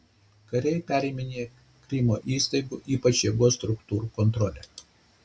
kariai periminėja krymo įstaigų ypač jėgos struktūrų kontrolę